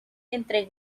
entre